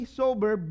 sober